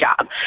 job